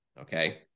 okay